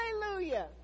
Hallelujah